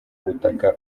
butaka